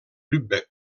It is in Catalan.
lübeck